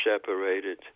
separated